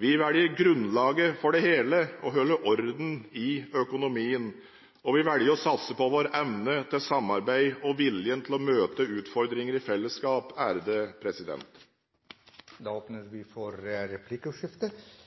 Vi velger grunnlaget for det hele: å holde orden i økonomien. Og vi velger å satse på vår evne til samarbeid og viljen til å møte utfordringer i fellesskap. Det blir replikkordskifte. Jeg er glad for